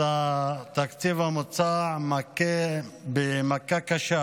התקציב המוצע מכה במכה קשה